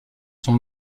son